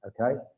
okay